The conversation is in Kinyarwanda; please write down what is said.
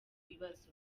bibazo